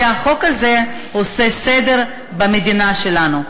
כי החוק הזה עושה סדר במדינה שלנו.